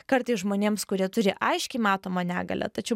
kartais žmonėms kurie turi aiškiai matomą negalią tačiau